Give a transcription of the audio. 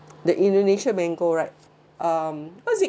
the indonesia mango right um what's it